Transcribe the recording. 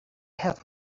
have